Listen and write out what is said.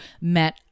met